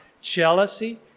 jealousy